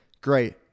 great